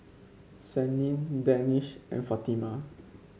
Senin Danish and Fatimah